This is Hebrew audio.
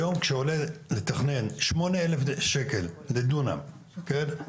היום כשעולה לתכנן שמונה אלף שקל לדונם, כן?